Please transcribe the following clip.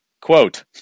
Quote